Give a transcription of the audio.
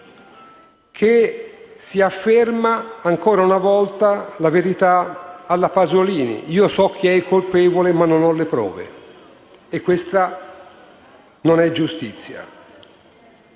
che si afferma, ancora una volta, la verità alla Pasolini: so chi è il colpevole ma non ho le prove. Questa non è giustizia.